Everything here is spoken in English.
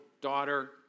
daughter